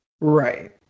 Right